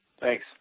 Thanks